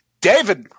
David